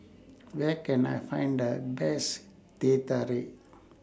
Where Can I Find The Best Teh Tarik